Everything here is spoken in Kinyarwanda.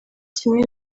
kimwe